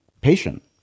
patient